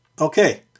Okay